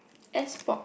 S Pop